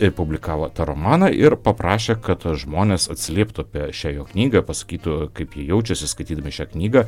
ir publikavo tą romaną ir paprašė kad žmonės atsilieptų apie šią jo knygą pasakytų kaip jie jaučiasi skaitydami šią knygą